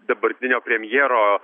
dabartinio premjero